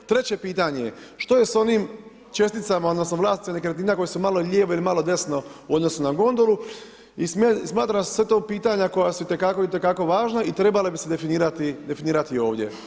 Treće pitanje je što je s onim česticama, odnosno, vlasnicima nekretnina, koji su malo lijevo ili malo desno u odnosu na gondolu i smatram da su sve to pitanja koja su itekako itekako važno i trebalo bi se definirati ovdje.